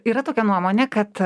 yra tokia nuomonė kad